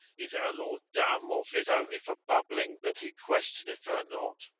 is our lord dumb or fit only for bubbling that he questioneth her not!